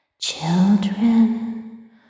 children